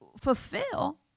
fulfill